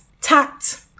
tact